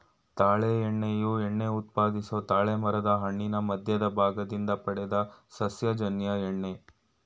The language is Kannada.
ತಾಳೆ ಎಣ್ಣೆಯು ಎಣ್ಣೆ ಉತ್ಪಾದಿಸೊ ತಾಳೆಮರದ್ ಹಣ್ಣಿನ ಮಧ್ಯದ ಭಾಗದಿಂದ ಪಡೆದ ಸಸ್ಯಜನ್ಯ ಎಣ್ಣೆ